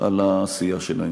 על העשייה שלהם.